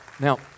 Now